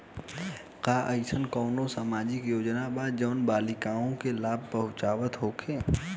का एइसन कौनो सामाजिक योजना बा जउन बालिकाओं के लाभ पहुँचावत होखे?